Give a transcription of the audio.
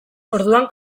orduan